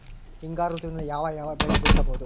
ಹಿಂಗಾರು ಋತುವಿನಲ್ಲಿ ಯಾವ ಯಾವ ಬೆಳೆ ಬಿತ್ತಬಹುದು?